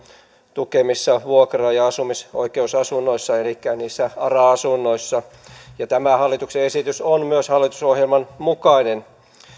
tukemissa vuokra ja asumisoikeusasunnoissa elikkä ara asunnoissa ja tämä hallituksen esitys on myös hallitusohjelman mukainen